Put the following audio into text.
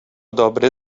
dobry